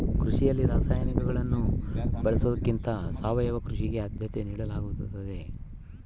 ಕೃಷಿಯಲ್ಲಿ ರಾಸಾಯನಿಕಗಳನ್ನು ಬಳಸೊದಕ್ಕಿಂತ ಸಾವಯವ ಕೃಷಿಗೆ ಆದ್ಯತೆ ನೇಡಲಾಗ್ತದ